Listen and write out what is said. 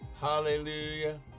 Hallelujah